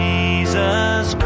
Jesus